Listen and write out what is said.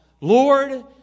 Lord